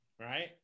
right